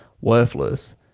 worthless